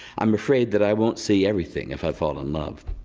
i'm afraid that i won't see everything if i fall in love.